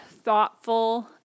thoughtful